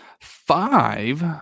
Five